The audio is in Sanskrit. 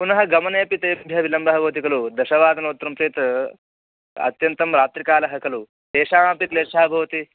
पुनः गमने अपि तेभ्यः विलम्बः भवति खलु दशवादनोत्तरं चेत् अत्यन्तं रात्रिकालः खलु तेषामपि क्लेशः भवति